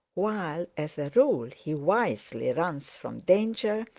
while as a rule he wisely runs from danger,